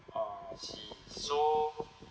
ah I see so